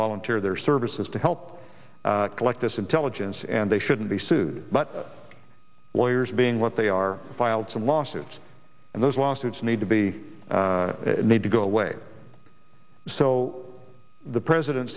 volunteer their services to help collect this intelligence and they shouldn't be sued but lawyers being what they are filed some lawsuits and those lawsuits need to be made to go away so the president